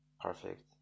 perfect